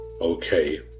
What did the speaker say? okay